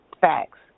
facts